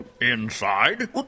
Inside